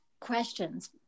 questions